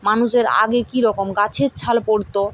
মানুষের আগে কীরকম গাছের ছাল পরত